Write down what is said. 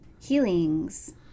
Healings